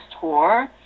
tour